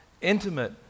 intimate